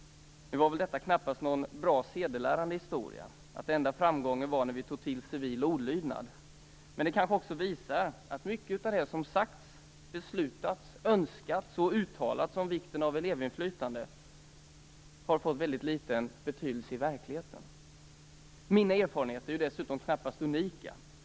Det var väl knappast någon bra sedelärande historia att den enda framgången kom när vi tog till civil olydnad. Men det kanske också visar att mycket av det som sagts, beslutats, önskats och uttalats om vikten av elevinflytande har fått väldigt liten betydelse i verkligheten. Mina erfarenheter är dessutom knappast unika.